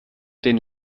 den